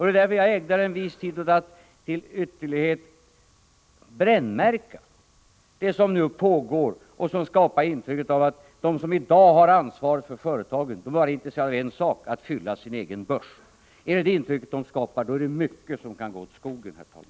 Det är därför jag ägnar en viss tid åt att till ytterlighet brännmärka det som nu pågår och som skapar intrycket att de som i dag har ansvar för företagen bara är intresserade av en sak — att fylla sin egen börs. Är det det intrycket man skapar, då är det mycket som kan gå åt skogen, herr talman.